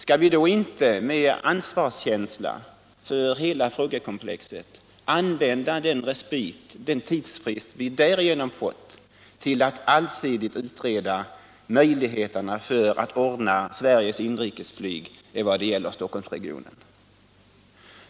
Skall vi då inte med ansvarskänsla för hela frågekomplexet använda den tidsfrist vi därigenom fått till att allsidigt utreda möjligheterna att ordna Sveriges inrikesflyg när det gäller Stockholmsregionen?